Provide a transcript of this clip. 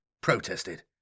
protested